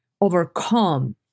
overcome